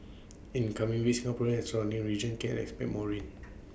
in the coming weeks Singapore and surrounding region can expect more rain